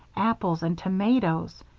apples and tomatoes!